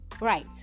Right